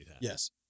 Yes